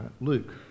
Luke